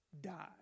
die